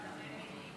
אושרה בקריאה הטרומית,